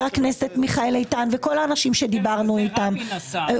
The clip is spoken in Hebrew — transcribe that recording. הכנסת מיכאל איתן וכל האנשים שדיברנו איתם.